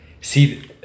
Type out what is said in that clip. See